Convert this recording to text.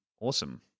awesome